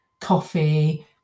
coffee